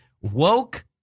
woke